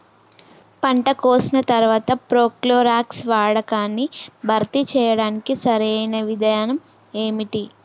పంట కోసిన తర్వాత ప్రోక్లోరాక్స్ వాడకాన్ని భర్తీ చేయడానికి సరియైన విధానం ఏమిటి?